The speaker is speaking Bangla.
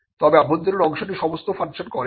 তবে অভ্যন্তরীণ অংশটি সমস্ত ফাংশন করে না